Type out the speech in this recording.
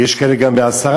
ויש כאלה שגם ב-10%.